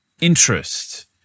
interest